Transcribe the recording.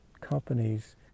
companies